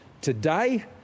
Today